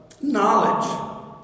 knowledge